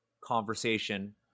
conversation